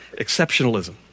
exceptionalism